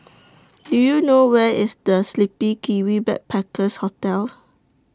Do YOU know Where IS The Sleepy Kiwi Backpackers Hostel